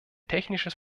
technisches